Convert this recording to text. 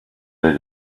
they